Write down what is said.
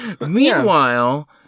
Meanwhile